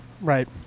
Right